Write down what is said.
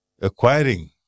acquiring